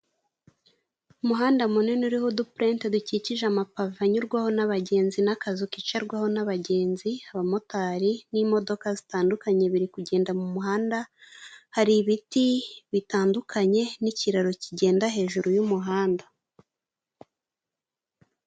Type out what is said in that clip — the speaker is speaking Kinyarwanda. Umuhanda munini uriho udupurente dukikije amapavu anyurwaho n'abagenzi n'akazu kicarwaho n'abagenzi, abamotari n'imodoka zitandukanye biri kugenda mu muhanda, hari ibiti bitandukanye n'ikiraro kigenda hejuru y'umuhanda.